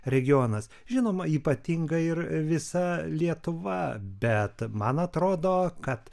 regionas žinoma ypatinga ir visa lietuva bet man atrodo kad